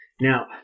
Now